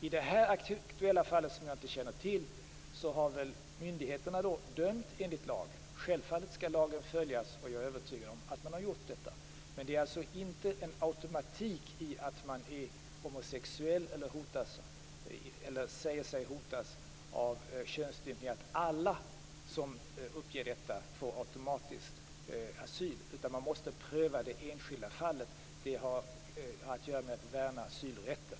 I det här aktuella fallet - som jag inte känner till - har väl myndigheterna dömt enligt lag. Självfallet skall lagen följas, och jag är övertygad om att det är så. Men alla som säger sig hotas för sin homosexualitet eller av könsstympning får inte automatiskt asyl. Det sker en prövning av det enskilda fallet. Det är fråga om att värna asylrätten.